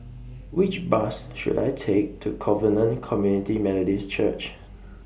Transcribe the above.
Which Bus should I Take to Covenant Community Methodist Church